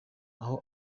aha